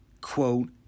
quote